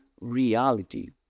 reality